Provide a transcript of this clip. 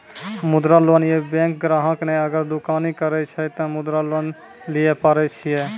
मुद्रा लोन ये बैंक ग्राहक ने अगर दुकानी करे छै ते मुद्रा लोन लिए पारे छेयै?